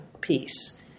piece